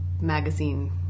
magazine